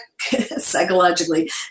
psychologically